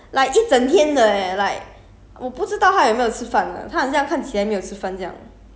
是他是 professional 的他 hor live stream hor like 一整天的 leh like